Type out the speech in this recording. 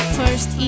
first